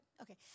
Okay